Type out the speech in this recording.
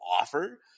offer